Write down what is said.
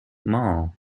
mall